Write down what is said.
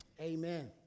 Amen